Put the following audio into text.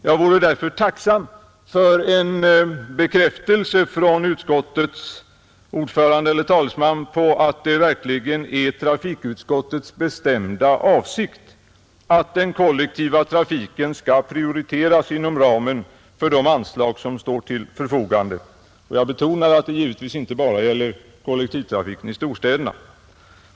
Jag vore därför tacksam för en bekräftelse från utskottets talesman på att det verkligen är trafikutskottets bestämda avsikt att den kollektiva trafiken skall prioriteras inom ramen för de anslag som står till förfogande; jag betonar att det givetvis inte bara gäller kollektivtrafiken i storstäderna.